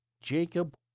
Jacob